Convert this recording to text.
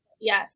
Yes